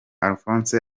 alphonse